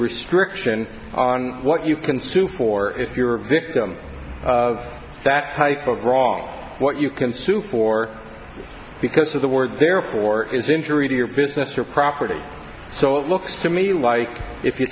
restriction on what you can sue for if you're a victim of that type of wrong what you can sue for because of the word therefore is injury to your business or property so it looks to me like if you